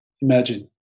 imagine